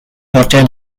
hotel